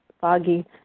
foggy